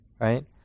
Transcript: right